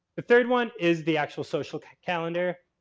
the third one is the actual social calendar.